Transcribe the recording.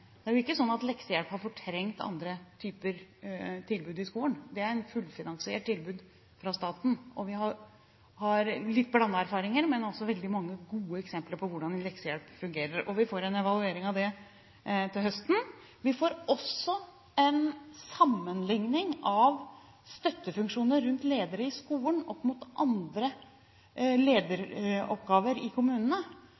er ikke sånn at leksehjelp har fortrengt andre typer tilbud i skolen. Det er et fullfinansiert tilbud fra staten. Vi har litt blandede erfaringer, men vi har også veldig mange gode eksempler på hvordan leksehjelp fungerer. Vi får en evaluering av det til høsten. Vi får også en sammenlikning av støttefunksjoner rundt ledere i skolen opp mot andre